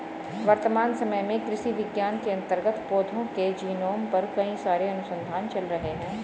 वर्तमान समय में कृषि विज्ञान के अंतर्गत पौधों के जीनोम पर कई सारे अनुसंधान चल रहे हैं